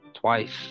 twice